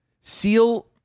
Seal